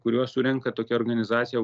kuriuos surenka tokia organizacija